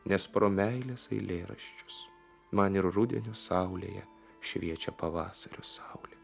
nes pro meilės eilėraščius man ir rudenio saulėje šviečia pavasario saulė